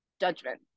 judgment